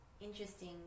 interesting